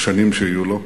השנים שיהיו לו,